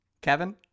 Kevin